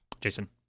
Jason